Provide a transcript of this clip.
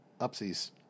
Upsies